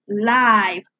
live